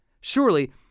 Surely